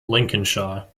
lincolnshire